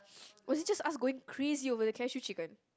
was it just us going crazy over the cashew chicken